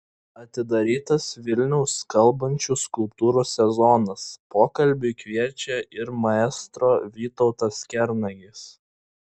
atidarytas vilniaus kalbančių skulptūrų sezonas pokalbiui kviečia ir maestro vytautas kernagis